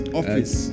office